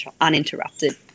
uninterrupted